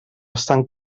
estan